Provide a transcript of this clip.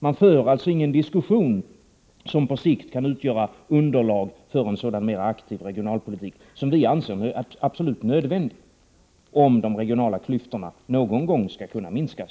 De för ingen diskussion som på sikt kan utgöra underlag för en sådan mera aktiv regionalpolitik, som vi anser absolut nödvändig, om de regionala klyftorna någon gång på allvar skall kunna minskas.